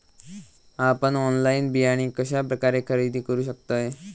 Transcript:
आपन ऑनलाइन बियाणे कश्या प्रकारे खरेदी करू शकतय?